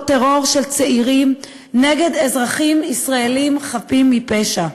טרור של צעירים נגד אזרחים ישראלים חפים מפשע.